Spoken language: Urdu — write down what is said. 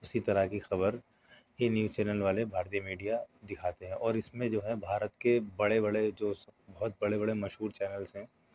اسی طرح کی خبر یہ نیوز چینل والے بھارتی میڈیا دکھاتے ہیں اور اس میں جو ہے بھارت کے بڑے بڑے جو بہت بڑے بڑے مشہور چینلس ہیں